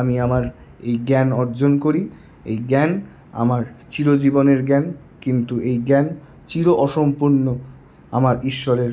আমি আমার এই জ্ঞান অর্জন করি এই জ্ঞান আমার চিরজীবনের জ্ঞান কিন্তু এই জ্ঞান চির অসম্পূর্ণ আমার ঈশ্বরের